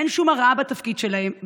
אין שום הרעה בתפקוד שלהם,